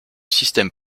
système